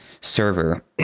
server